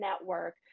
network